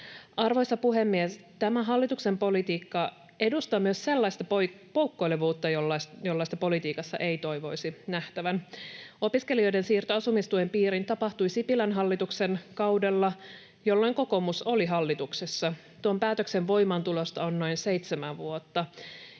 Arvoisa puhemies! Tämä hallituksen politiikka edustaa myös sellaista poukkoilevuutta, jollaista politiikassa ei toivoisi nähtävän. Opiskelijoiden siirto asumistuen piirin tapahtui Sipilän hallituksen kaudella, jolloin kokoomus oli hallituksessa. Tuon päätöksen voimaantulosta on noin seitsemän vuotta,